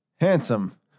Handsome